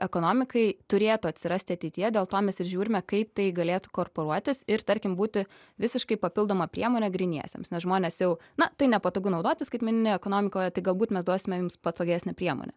ekonomikai turėtų atsirasti ateityje dėl to mes ir žiūrime kaip tai galėtų korporuotis ir tarkim būti visiškai papildoma priemone gryniesiems nes žmonės jau na tai nepatogu naudotis skaitmeninėj ekonomikoje tai galbūt mes duosime jums patogesnę priemonę